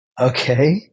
Okay